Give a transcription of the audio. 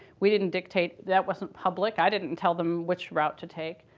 we didn't dictat that wasn't public. i didn't tell them which route to take.